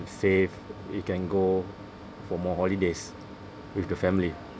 saved you can go for more holidays with the family